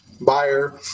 buyer